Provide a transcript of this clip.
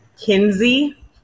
Kinsey